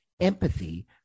Empathy